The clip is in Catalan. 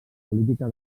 política